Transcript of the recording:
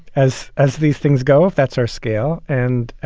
as as these things go off, that's our scale. and ah